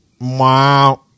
wow